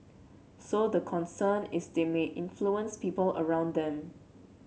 so the concern is they may influence people around them